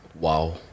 wow